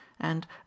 and